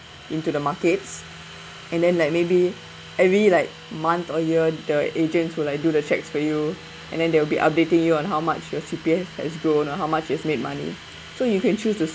into the markets and then like maybe every like month or year the agents will like do the checks for you and then they'll be updating you on how much your C_P_F has grown or how much is made money so you can choose to